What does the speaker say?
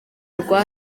rwa